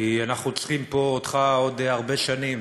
כי אנחנו צריכים אותך פה עוד הרבה שנים